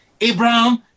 Abraham